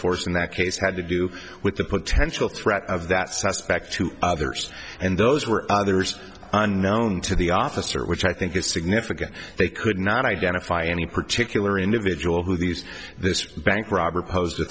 force in that case had to do with the potential threat of that suspect to others and those were others unknown to the officer which i think is significant they could not identify any particular individual who these this bank robber posed a